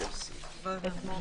(הישיבה נפסקה